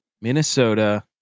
Minnesota